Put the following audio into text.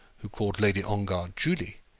who called lady ongar julie.